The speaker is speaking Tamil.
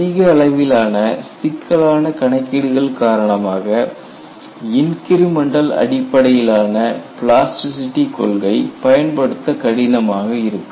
அதிக அளவிலான சிக்கலான கணக்கீடுகள் காரணமாக இன்கிரிமெண்டல் அடிப்படையிலான பிளாஸ்டிசிட்டி கொள்கை பயன்படுத்த கடினமாக இருக்கும்